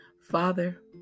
Father